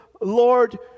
lord